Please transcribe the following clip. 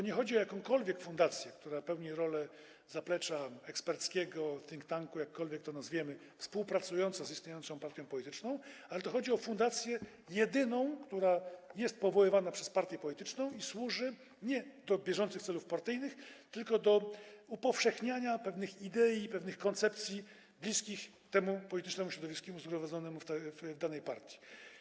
Nie chodzi o jakąkolwiek fundację, która pełni rolę zaplecza eksperckiego, think tanku, jakkolwiek to nazwiemy, współpracującą z istniejącą partią polityczną, ale chodzi o jedyną fundację, która jest powoływana przez partię polityczną i służy nie do bieżących celów partyjnych, tylko do upowszechniania pewnych idei, pewnych koncepcji bliskich środowisku politycznemu zgromadzonemu w danej partii.